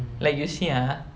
like you see ah